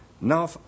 Now